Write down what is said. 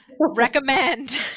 recommend